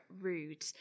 rude